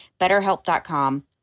betterhelp.com